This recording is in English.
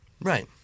Right